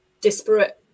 disparate